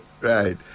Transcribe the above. Right